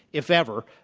if ever,